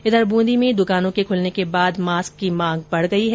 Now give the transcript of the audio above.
इधर वूंदी में दुकानों के खुलने के बाद मास्क की मांग बढ़ गयी है